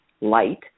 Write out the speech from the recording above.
Light